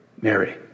Mary